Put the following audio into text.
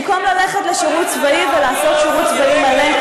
במקום ללכת לשירות צבאי ולעשות שירות צבאי מלא,